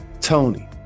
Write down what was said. Tony